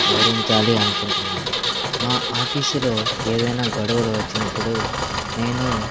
వివరించాలి అనుకుంటున్నాన్ మా ఆఫీసులో ఏదైన గొడవలు వచ్చినప్పుడు నేను